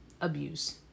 abuse